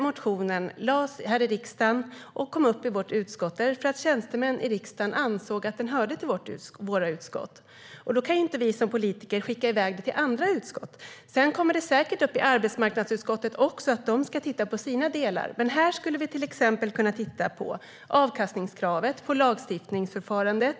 Motionen väcktes här i riksdagen och kom upp i vårt utskott därför att tjänstemän i riksdagen ansåg att den hör till vårt utskott. Då kan inte vi som politiker skicka iväg den till andra utskott. Sedan kommer detta säkert också upp i arbetsmarknadsutskottet, och de ska titta på sina delar. I vårt utskott skulle vi till exempel kunna titta på avkastningskravet och lagstiftningsförfarandet.